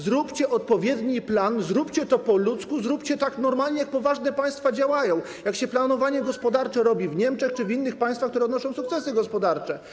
Zróbcie odpowiedni plan, zróbcie to po ludzku, zróbcie tak normalnie, jak poważne państwa działają, jak się planowanie gospodarcze robi w Niemczech czy w innych państwach, które odnoszą sukcesy gospodarcze.